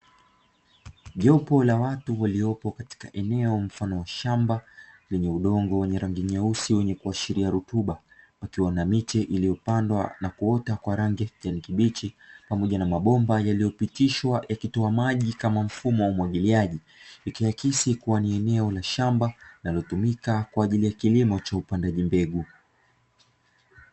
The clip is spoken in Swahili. Jopo la watu waliopo katika eneo mfano wa shamba, lenye udongo wenye rangi nyeusi wenye kuashiria rutuba pakiwa na miche iliyopandwa na kuota kwa rangi ya kijani kibichi pamoja na mabomba yaliyopitishwa yakitoa maji kama mfumo wa umwagiliaji ikiakisi kuwa ni eneo la shamba, linalotumika kwa ajili ya kilimo cha upandaji mbegu.